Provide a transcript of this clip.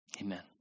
amen